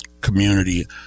Community